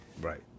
Right